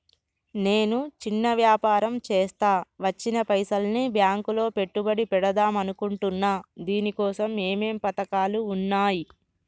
నేను చిన్న వ్యాపారం చేస్తా వచ్చిన పైసల్ని బ్యాంకులో పెట్టుబడి పెడదాం అనుకుంటున్నా దీనికోసం ఏమేం పథకాలు ఉన్నాయ్?